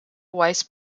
weis